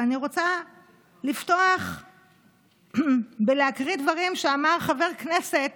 ואני רוצה לפתוח בהקראת דברים שאמר חבר כנסת